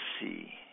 see